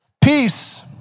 Peace